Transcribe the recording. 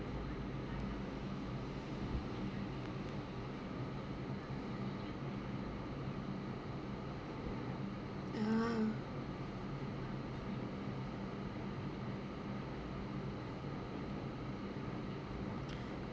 ah